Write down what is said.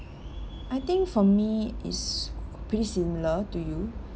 I think for me it's pretty similar to you